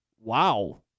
Wow